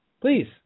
please